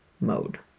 mode